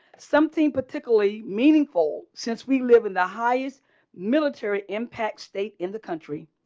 something particularly meaningful, since we live in the highest military impact state in the country.